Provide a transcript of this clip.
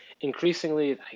increasingly